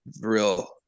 real